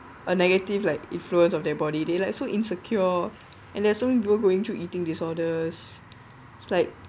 a negative like influence of their body they're like so insecure and there are so many people going through eating disorders it's like